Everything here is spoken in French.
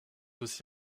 aussi